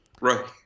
Right